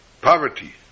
poverty